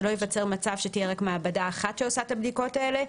שלא ייווצר מצב שתהיה רק מעבדה אחת שעושה את הבדיקות האלה,